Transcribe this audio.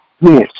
Yes